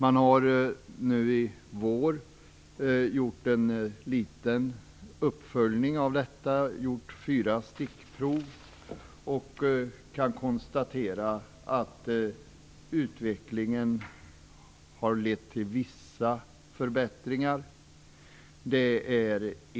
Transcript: Man har nu under våren gjort en liten uppföljning i form av stickprov och kan konstatera att utvecklingen har lett till vissa förbättringar.